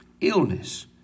illness